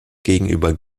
gegenüber